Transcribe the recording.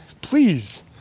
Please